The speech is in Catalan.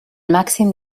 màxim